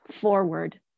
forward